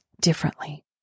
differently